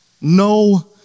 no